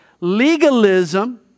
Legalism